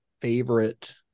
favorite